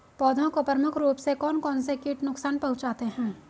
पौधों को प्रमुख रूप से कौन कौन से कीट नुकसान पहुंचाते हैं?